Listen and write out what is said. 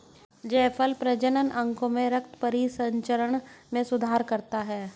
जायफल प्रजनन अंगों में रक्त परिसंचरण में सुधार करता है